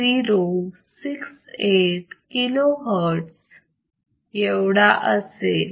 2068 kilo hertz एवढा असेल